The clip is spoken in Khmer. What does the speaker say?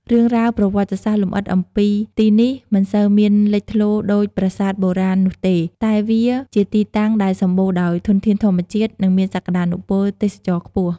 រឿងរ៉ាវប្រវត្តិសាស្ត្រលម្អិតអំពីទីនេះមិនសូវមានលេចធ្លោដូចប្រាសាទបុរាណនោះទេ តែវាជាទីតាំងដែលសម្បូរដោយធនធានធម្មជាតិ និងមានសក្តានុពលទេសចរណ៍ខ្ពស់។